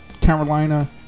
Carolina